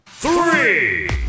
Three